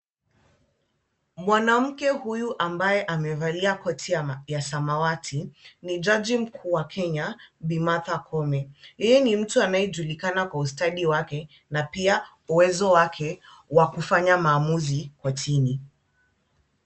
Mwanamke huyu ambaye amevalia koti ya samawati, ni jaji mkuu wa Kenya Bi Martha Koome. Ye ni mtu anayejulikana kwa ustadi wake na pia uwezo wake wa kufanya maamuzi kortini.